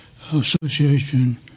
Association